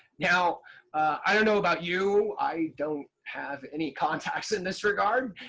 now i don't know about you. i don't have any contacts in this regard.